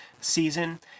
season